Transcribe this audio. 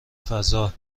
فضا